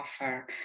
offer